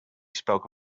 spoke